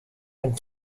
and